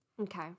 Okay